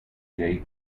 jay